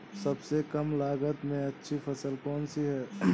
सबसे कम लागत में अच्छी फसल कौन सी है?